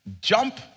Jump